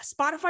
Spotify